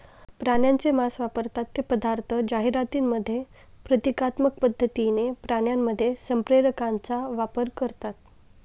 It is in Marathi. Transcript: प्राण्यांचे मांस वापरतात ते पदार्थ जाहिरातींमध्ये प्रतिकात्मक पद्धतीने प्राण्यांमध्ये संप्रेरकांचा वापर करतात